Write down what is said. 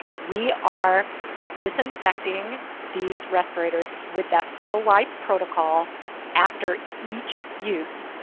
we are disinfecting these respirators with that four wipe protocol after each use.